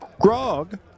Grog